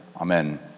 Amen